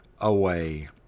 away